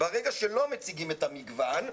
ברגע שלא מציגים את המגוון,